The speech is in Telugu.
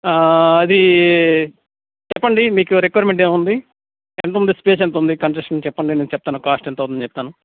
అది చెప్పండి మీకు రిక్వయిర్మెంట్ ఏముంది ఎంతుంది స్పేస్ ఎంతుంది కన్స్ట్రక్షన్ చెప్పండి నేను చెప్తాను కాస్ట్ ఎంత అవుతుంది చెప్తాను